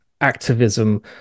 activism